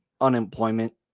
unemployment